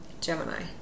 Gemini